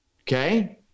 okay